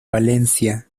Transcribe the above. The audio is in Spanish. valencia